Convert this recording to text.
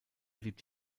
blieb